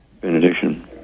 benediction